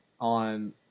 on